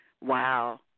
wow